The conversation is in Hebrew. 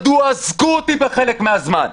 מדוע אזקו אותי בחלק מהזמן?